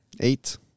eight